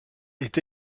est